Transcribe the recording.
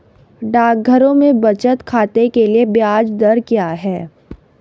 डाकघरों में बचत खाते के लिए ब्याज दर क्या है?